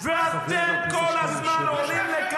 חבר הכנסת שקלים,